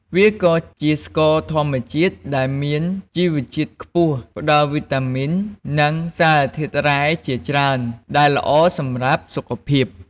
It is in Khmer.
វាក៏ជាស្ករធម្មជាតិដែលមានជីវជាតិខ្ពស់ ផ្តល់វីតាមីន និងសារធាតុរ៉ែជាច្រើន ដែលល្អសម្រាប់សុខភាព។